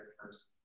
first